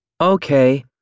Okay